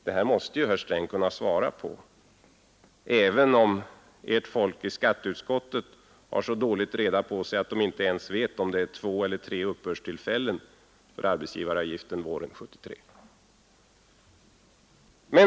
Detta måste herr Sträng kunna svara på, även om Ert folk i finansutskottet har så dåligt reda på sig att de inte ens vet om det är två eller tre uppbördstillfällen för arbetsgivaravgiften våren 1973.